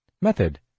Method